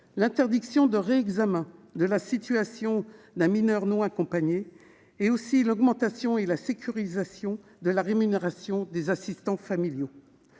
l'interdiction du réexamen de la situation d'un MNA ou encore l'augmentation et la sécurisation de la rémunération des assistants familiaux.